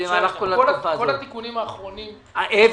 במהלך כל התקופה האחרונה.